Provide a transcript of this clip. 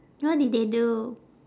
what did they do